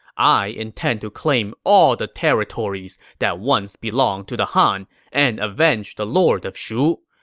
i intend to claim all the territories that once belonged to the han and avenge the lord of shu.